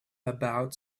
about